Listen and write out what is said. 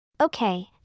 Okay